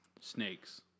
Snakes